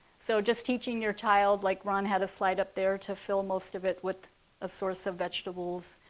so just teaching your child, like ron had a slide up there, to fill most of it with a source of vegetables,